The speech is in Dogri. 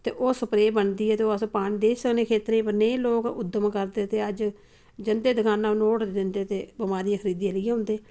ते ओह् स्प्रे बनदी ऐ ते ओह् अस पांदे सने खेत्तरें पर नी लोग उद्दम करदे ते अज्ज जंदे दकानां पर नोट दिंदे ते बमारियां खरीदियै लेई औंदे